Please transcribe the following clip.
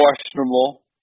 questionable